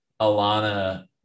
Alana